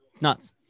Nuts